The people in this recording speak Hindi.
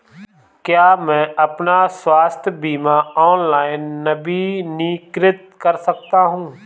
क्या मैं अपना स्वास्थ्य बीमा ऑनलाइन नवीनीकृत कर सकता हूँ?